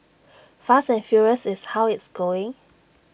fast and furious is how it's going